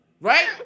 Right